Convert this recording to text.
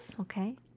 Okay